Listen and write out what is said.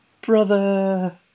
Brother